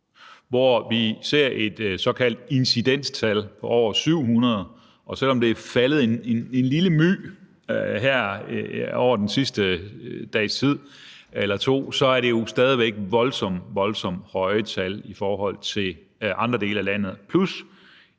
hvor vi ser et såkaldt incidenstal på over 700, og selv om det er faldet en lille my her over den sidste eller to dages tid, er det jo stadig væk voldsomt, voldsomt høje tal dér i forhold til andre dele af landet,